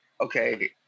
Okay